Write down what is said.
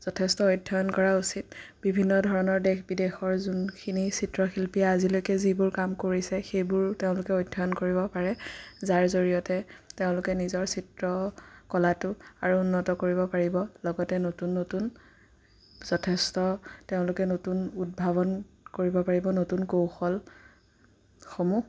যথেষ্ট অধ্যয়ন কৰা উচিত বিভিন্ন ধৰণৰ দেশ বিদেশৰ যোখিনি চিত্ৰশিল্পীয়ে আজিলৈকে যিবোৰ কাম কৰিছে সেইবোৰ তেওঁলোকে অধ্যয়ন কৰিব পাৰে যাৰ জৰিয়তে তেওঁলোকে নিজৰ চিত্ৰ কলাটো আৰু উন্নত কৰিব পাৰিব লগতে নতুন নতুন যথেষ্ট তেওঁলোকে নতুন উদ্ভাৱন কৰিব পাৰিব নতুন কৌশলসমূহ